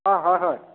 অঁ হয় হয়